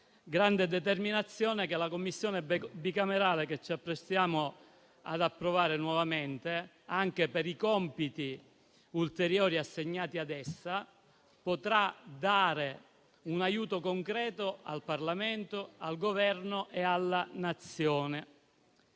grande determinazione che la Commissione bicamerale, la cui istituzione ci apprestiamo ad approvare nuovamente, anche per i compiti ulteriori che le vengono assegnati, potrà dare un aiuto concreto al Parlamento, al Governo e alla Nazione.